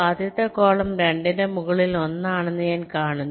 ആദ്യത്തെ കോളം 2 ന്റെ മുകളിൽ 1 ആണെന്ന് ഞാൻ കാണുന്നു